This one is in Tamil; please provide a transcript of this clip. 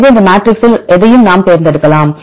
எனவே இந்த மேட்ரிக்ஸில் எதையும் நாம் தேர்ந்தெடுக்கலாம்